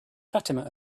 fatima